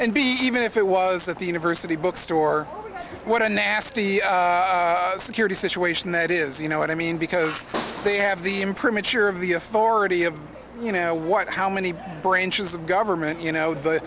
and be even if it was at the university bookstore what a nasty security situation that is you know what i mean because they have the imprint sure of the authority of you know what how many branches of government you know the